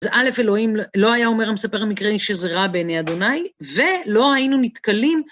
זה א', אלוהים, לא היה אומר המספר המקראי שזה רע בעיני ה' ולא היינו נתקלים.